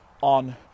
on